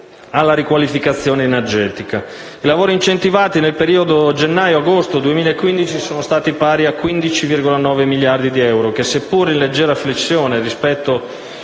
alla riqualificazione energetica. I lavori incentivati nel periodo gennaio-agosto 2015 sono stati pari a 15,9 miliardi di euro, che, seppure in leggera flessione rispetto